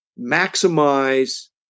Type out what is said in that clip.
maximize